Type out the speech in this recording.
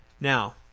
Now